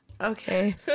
Okay